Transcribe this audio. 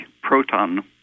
proton